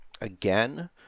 Again